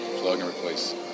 plug-and-replace